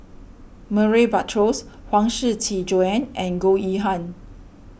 Murray Buttrose Huang Shiqi Joan and Goh Yihan